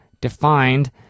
defined